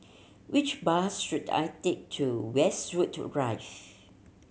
which bus should I take to Westwood Drive